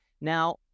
Now